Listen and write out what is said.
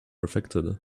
affected